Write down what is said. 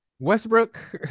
Westbrook